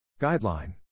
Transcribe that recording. Guideline